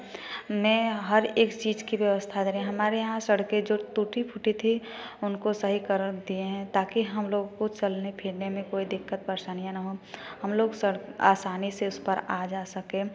में हर एक चीज़ की व्यवस्था दे रहे हमारे यहाँ सड़कें जो टूटी फूटी थी उनको सही कर दिए हैं ताकि हम लोग को चलने फिरने में कोई दिक्कत परेशानीयाँ न हो हम लोग सड़ आसानी से उस पर आ जा सकें